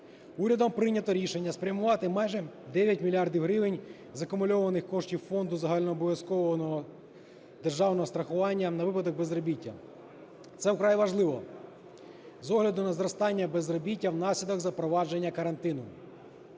Урядом прийнято рішення спрямувати майже 9 мільярдів гривень з акумульованих коштів Фонду загальнообов'язкового державного страхування на випадок безробіття. Це вкрай важливо з огляду на зростання безробіття внаслідок запровадження карантину.